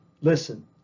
listen